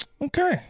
okay